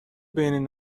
بین